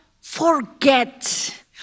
forget